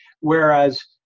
Whereas